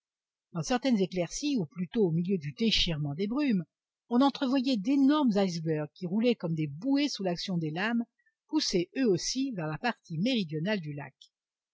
dans certaines éclaircies ou plutôt au milieu du déchirement des brumes on entrevoyait d'énormes icebergs qui roulaient comme des bouées sous l'action des lames poussés eux aussi vers la partie méridionale du lac